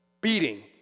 Beating